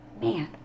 man